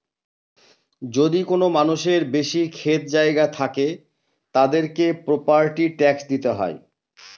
যদি কোনো মানুষের বেশি ক্ষেত জায়গা থাকলে, তাদেরকে প্রপার্টি ট্যাক্স দিতে হয়